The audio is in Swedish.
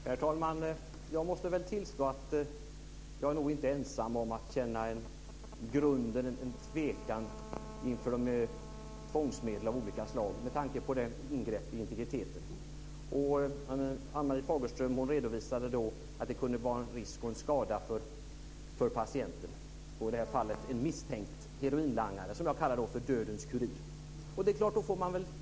Herr talman! Jag måste tillstå att jag nog inte är ensam om att i grunden känna en tvekan inför tvångsmedel av olika slag med tanke på ingreppet i integriteten. Ann-Marie Fagerström redovisade att det kunde vara en risk och till skada för patienten. I detta fall är det en misstänk heroinlangare, som jag kallar för dödens kurir.